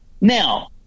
Now